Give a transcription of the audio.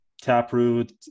Taproot